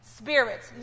spirits